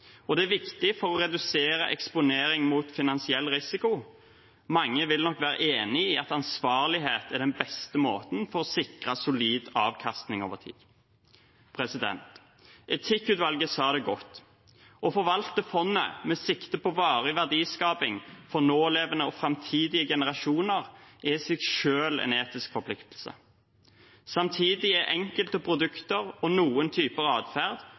og investerer i, og det er viktig for å redusere eksponering mot finansiell risiko. Mange vil nok være enig i at ansvarlighet er den beste måten for å sikre solid avkastning over tid. Etikkutvalget sa det godt: Å forvalte fondet med sikte på varig verdiskaping for nålevende og framtidige generasjoner er i seg selv en etisk forpliktelse. Samtidig er enkelte produkter og noen typer